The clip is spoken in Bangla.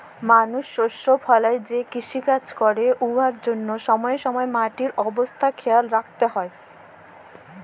মালুস শস্য ফলাঁয় যে কিষিকাজ ক্যরে উয়ার জ্যনহে ছময়ে ছময়ে মাটির অবস্থা খেয়াল রাইখতে হ্যয়